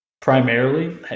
Primarily